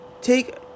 take